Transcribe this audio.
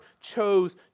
chose